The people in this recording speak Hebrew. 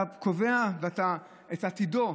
אתה קובע את עתידו,